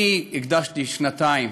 אני הקדשתי שנתיים